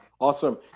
Awesome